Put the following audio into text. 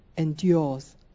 endures